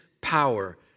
power